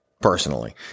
personally